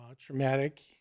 traumatic